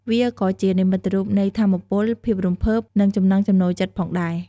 វាក៏ជានិមិត្តរូបនៃថាមពល ភាពរំភើប និងចំណង់ចំណូលចិត្តផងដែរ។